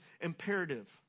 imperative